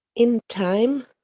in time,